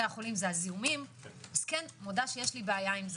החולים זה הזיהומים - מודה שיש לי בעיה עם זה.